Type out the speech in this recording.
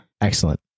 Excellent